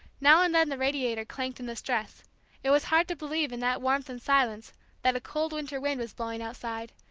now and then the radiator clanked in the stress it was hard to believe in that warmth and silence that a cold winter wind was blowing outside,